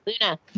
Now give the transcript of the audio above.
Luna